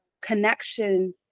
connection